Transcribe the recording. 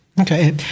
Okay